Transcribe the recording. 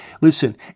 listen